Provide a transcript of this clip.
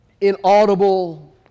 inaudible